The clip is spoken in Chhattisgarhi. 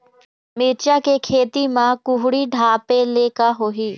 मिरचा के खेती म कुहड़ी ढापे ले का होही?